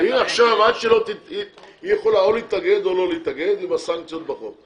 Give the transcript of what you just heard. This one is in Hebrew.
היא יכולה או להתאגד או לא להתאגד עם הסנקציות בחוק.